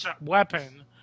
weapon